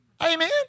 Amen